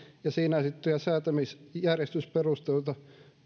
ja siinä esitettyjä säätämisjärjestysperusteluita